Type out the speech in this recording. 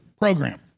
program